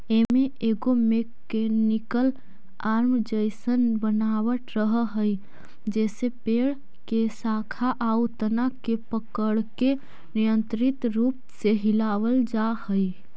एमे एगो mechanical arm जइसन बनावट रहऽ हई जेसे पेड़ के शाखा आउ तना के पकड़के नियन्त्रित रूप से हिलावल जा हई